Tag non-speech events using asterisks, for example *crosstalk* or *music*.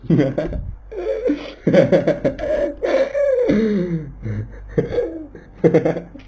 *laughs*